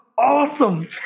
Awesome